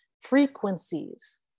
frequencies